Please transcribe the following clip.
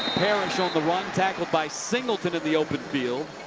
parish on the run. tackled by singleton in the open field.